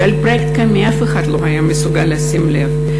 שלפרויקט קמ"ע אף אחד לא היה מסוגל לשים לב.